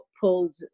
pulled